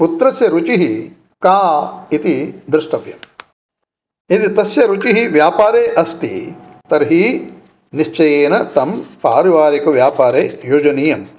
पुत्रस्य रुचिः का इति दृष्टव्यम् यदि तस्य रुचिः व्यापारे अस्ति तर्हि निश्चयेन तं पारिवारिकव्यापारे योजनीयम्